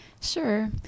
Sure